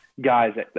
Guys